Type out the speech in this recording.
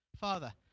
Father